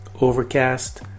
Overcast